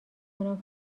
کنم